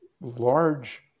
large